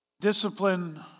Discipline